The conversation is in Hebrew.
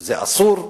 זה אסור,